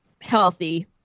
healthy